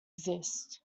exist